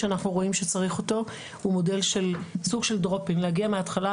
שאנחנו רואים שצריך אותו הוא מודל של להגיע מהתחלה,